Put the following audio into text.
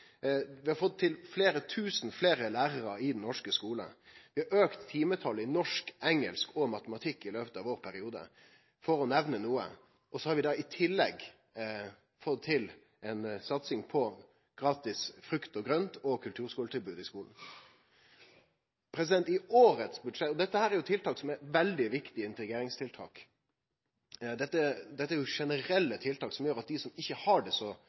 Vi har fått til fleire tusen fleire lærarar i den norske skulen. Vi auka timetalet i norsk, engelsk og matematikk i løpet av vår periode – for å nemne noko. Vi har i tillegg fått til ei satsing på gratis frukt og grønt og på kulturskuletilbod i skulen. Dette er veldig viktige integreringstiltak. Det er generelle tiltak, som gjer at dei som ikkje har det så